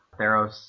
Theros